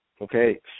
okay